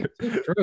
true